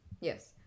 Yes